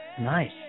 Nice